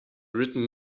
written